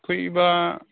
फैब्ला